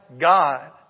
God